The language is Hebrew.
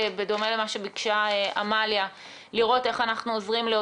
כי ברגע שאנחנו מקבלים מהתושב בקשות זה אומר שאנחנו עוקפים את